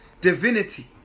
divinity